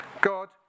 God